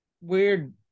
weird